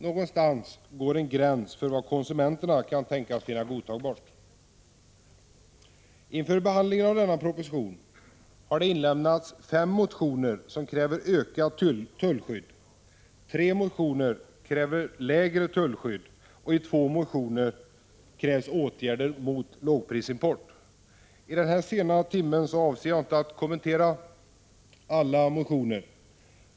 Någonstans går en gräns för vad konsumenterna kan tänkas finna godtagbart. Inför behandlingen av denna proposition har det inlämnats fem motioner som kräver ökat tullskydd. Tre motioner kräver lägre tullskydd, och i två motioner krävs åtgärder mot lågprisimport. I den här sena timmen avser jag inte att kommentera alla motionerna.